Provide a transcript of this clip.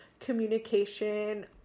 communication